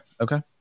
okay